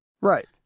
right